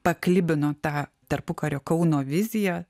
paklibino tą tarpukario kauno viziją